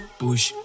push